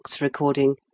recording